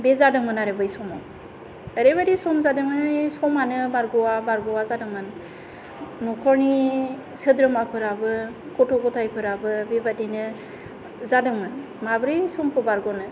बे जादोंमोन आरो बे समाव ओरैबादि सम जादों माने समानो बारग'वा बारग'वा जादोंमोन न'खरनि सोद्रोमाफोराबो गथ' गथाइफोराबो बेबायदिनो जादोंमोन माबोरै समखौ बारग'नो